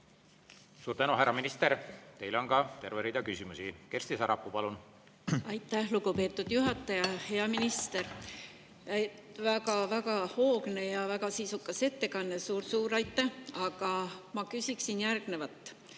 Suur tänu, härra minister! Teile on ka terve rida küsimusi. Kersti Sarapuu, palun! Aitäh, lugupeetud juhataja! Hea minister! Väga-väga hoogne ja väga sisukas ettekanne. Suur-suur aitäh! Aga ma küsiksin järgnevat.